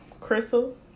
Crystal